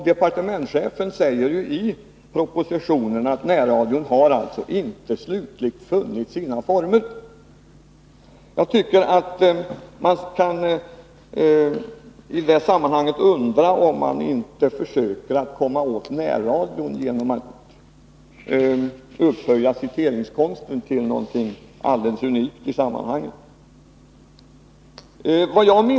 Departementschefen säger också i propositionen att närradion inte slutligt har funnit sina former. Jag undrar om det inte är så att man försöker komma åt närradion genom att upphöja citeringskonsten till något alldeles unikt i sammanhanget.